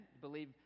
Believe